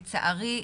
לצערי,